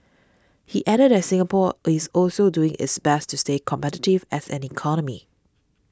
he added that Singapore is also doing its best to stay competitive as an economy